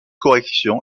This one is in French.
correction